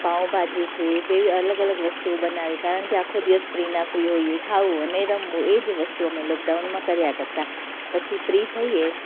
પાવભાજી છે એવી અલગ અલગ વસ્તુઓ બનાવી કારણ કે આખો દિવસ ફ્રીના ફ્રી હોય ખાવું અને રમવું એ જ વસ્તુ અમે લૉકડાઉનમાં કર્યા કરતા પછી ફ્રી થઈએ